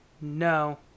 no